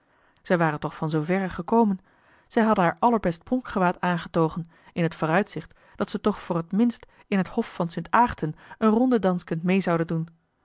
zij waren toch van zooverre gekomen zij hadden haar allerbest pronkgewaad aangetogen in t vooruitzicht dat ze toch voor t minst in het hof van st aagten een rondedansken meê zouden doen